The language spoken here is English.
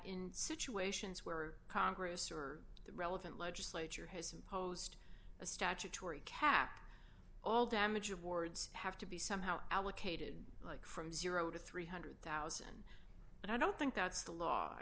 in situations where our congress or the relevant legislature has imposed a statutory cap all damage awards have to be somehow allocated like from two million three hundred thousand i don't think that's the law i